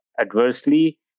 adversely